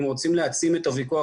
אם רוצים להעצים את הוויכוח,